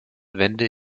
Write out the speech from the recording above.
wende